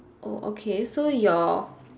oh okay so your